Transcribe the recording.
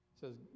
says